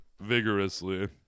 vigorously